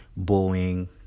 Boeing